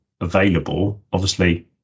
available—obviously